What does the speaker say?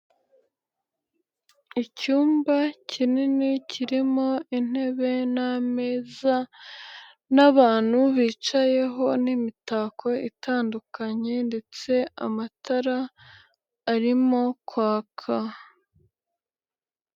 Icyumba kinini, kirimo intebe n'ameza n'abantu bicayeho n'imitako itandukanye ndetse amatara, arimo kwaka.